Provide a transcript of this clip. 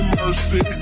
mercy